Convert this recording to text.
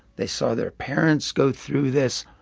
they saw their parents go through this,